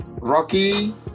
rocky